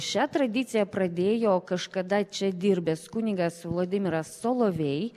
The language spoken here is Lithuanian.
šią tradiciją pradėjo kažkada čia dirbęs kunigas vladimiras solovej